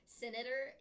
senator